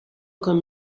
come